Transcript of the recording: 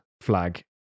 flag